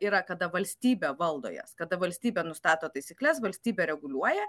yra kada valstybė valdo jas kada valstybė nustato taisykles valstybė reguliuoja